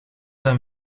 hem